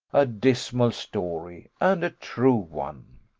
a dismal story, and a true one.